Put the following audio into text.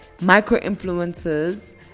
micro-influencers